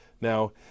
Now